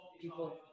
people